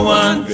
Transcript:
one